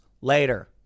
later